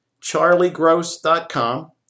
charliegross.com